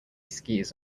skis